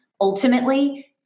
ultimately